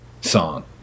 song